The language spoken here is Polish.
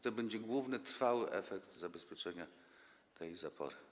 To będzie główny trwały efekt zabezpieczenia tej zapory.